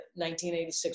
1986